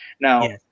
Now